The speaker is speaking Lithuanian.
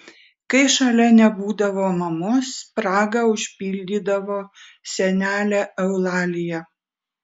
kai šalia nebūdavo mamos spragą užpildydavo senelė eulalija